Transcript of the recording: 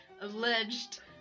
alleged